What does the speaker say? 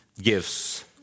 Gifts